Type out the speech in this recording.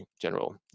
general